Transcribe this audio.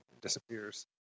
disappears